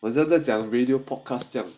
我很像在讲 radio podcast 这样